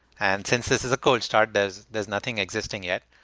and since this is a cold start, there's there's nothing existing yet.